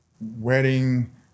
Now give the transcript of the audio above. wedding